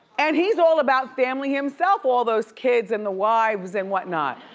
and he's all about family himself, all those kids and the wives and whatnot.